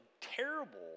terrible